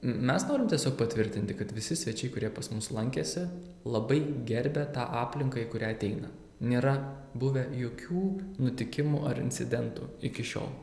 mes norim tiesiog patvirtinti kad visi svečiai kurie pas mus lankėsi labai gerbia tą aplinką į kurią ateina nėra buvę jokių nutikimų ar incidentų iki šiol